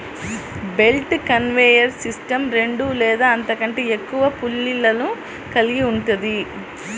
belt conveyor system రెండు లేదా అంతకంటే ఎక్కువ పుల్లీలను కలిగి ఉంటుంది